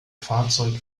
fahrzeug